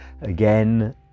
Again